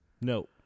No